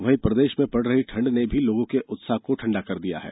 वहीं प्रदेश में पड़ रही ठंड ने भी लोगों के उत्साह को ठंडा कर दिया है